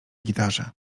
gitarze